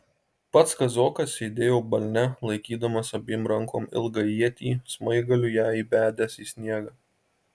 pats kazokas sėdėjo balne laikydamas abiem rankom ilgą ietį smaigaliu ją įbedęs į sniegą